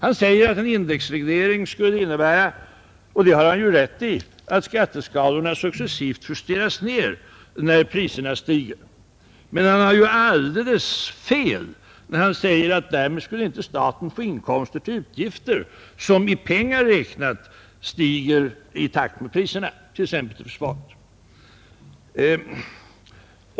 Han säger att en indexreglering skulle innebära att skatteskalorna successivt justeras ned när priserna stiger. Det har han rätt i, men han har fel när han säger att därmed skulle inte staten få inkomster till de utgifter som i pengar räknat stiger i takt med priserna, t.ex. för försvaret.